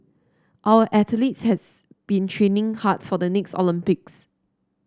our athletes has been training hard for the next Olympics